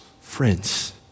Friends